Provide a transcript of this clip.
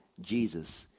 Jesus